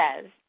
says